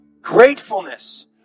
gratefulness